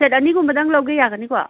plate ꯑꯅꯤꯒꯨꯝꯕꯗꯪ ꯂꯧꯒꯦ ꯌꯥꯒꯅꯤꯀꯣ